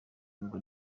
ngo